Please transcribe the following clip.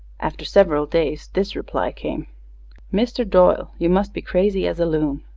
after several days this reply came mister doyle you must be crazy as a loon.